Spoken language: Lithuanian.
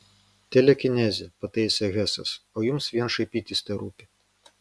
telekinezė pataisė hesas o jums vien šaipytis terūpi